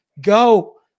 go